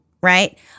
right